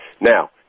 Now